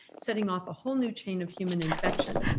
setting off a whole new chain of human infection.